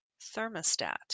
thermostat